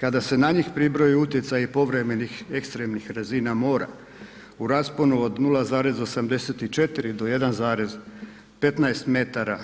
Kada se na njih pribroji utjecaji povremenih ekstremnih razina mora, u rasponu od 0,84 do 1,15 m,